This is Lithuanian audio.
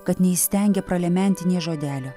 kad neįstengė pralementi nė žodelio